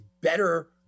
better